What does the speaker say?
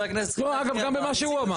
לא, אגב, גם במה שהוא אמר.